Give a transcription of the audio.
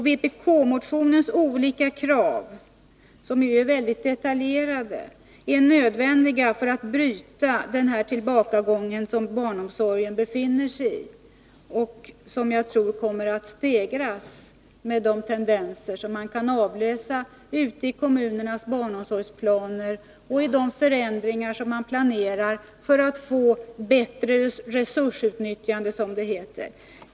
Vpk-motionens olika krav — de är ju mycket detaljerade — är nödvändiga, och de måste tillgodoses för att man skall kunna bryta den tillbakagång som barnomsorgen befinner sig i och som jag tror kommer att stegras. De tendenser som man kan avläsa i kommunernas barnomsorgsplaner och de förändringar som kommunerna planerar för att få ett bättre resursutnyttjande, som det heter, tyder på detta. Herr talman!